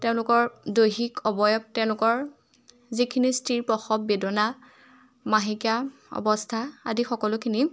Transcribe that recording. তেওঁলোকৰ দৈহিক অৱয়ব তেওঁলোকৰ যিখিনি স্ত্ৰীৰ প্ৰসৱ বেদনা মাহেকীয়া অৱস্থা আদি সকলোখিনি